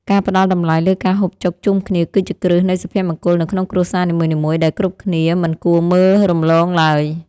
ការផ្ដល់តម្លៃលើការហូបចុកជុំគ្នាគឺជាគ្រឹះនៃសុភមង្គលនៅក្នុងគ្រួសារនីមួយៗដែលគ្រប់គ្នាមិនគួរមើលរំលងឡើយ។